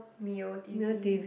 Mio T_V